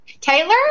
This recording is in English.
Taylor